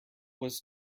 was